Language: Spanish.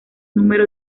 número